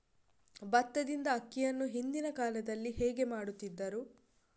ಭತ್ತದಿಂದ ಅಕ್ಕಿಯನ್ನು ಹಿಂದಿನ ಕಾಲದಲ್ಲಿ ಹೇಗೆ ಮಾಡುತಿದ್ದರು?